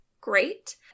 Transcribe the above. great